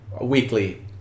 weekly